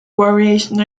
variation